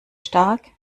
stark